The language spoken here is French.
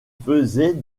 faisait